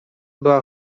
była